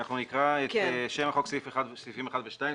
אנחנו נקרא את שם החוק, סעיפים 1 ו-2.